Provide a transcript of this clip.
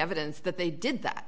evidence that they did that